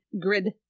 grid